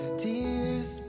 tears